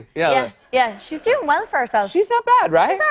yeah. yeah. she's doing well for herself. she's not bad, right?